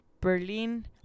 Berlin